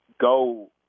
go